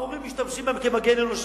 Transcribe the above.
ההורים משתמשים בהם כמגן אנושי,